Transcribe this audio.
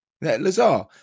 Lazar